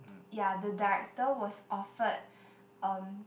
yeah the director was offered um